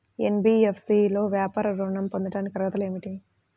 NBFC లో వ్యాపార ఋణం పొందటానికి అర్హతలు ఏమిటీ?